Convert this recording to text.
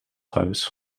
huis